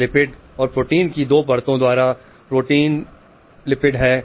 यह लिपिड और प्रोटीन की दो परतों द्वारा प्रोटीन लिपिड है